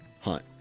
hunt